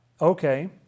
Okay